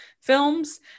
films